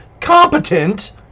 competent